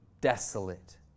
desolate